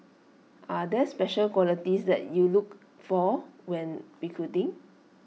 are there special qualities that you look for when recruiting